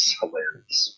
hilarious